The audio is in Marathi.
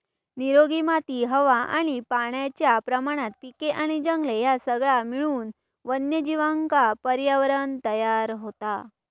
निरोगी माती हवा आणि पाण्याच्या प्रमाणात पिके आणि जंगले ह्या सगळा मिळून वन्यजीवांका पर्यावरणं तयार होता